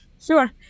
Sure